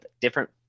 different